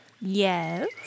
Yes